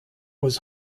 was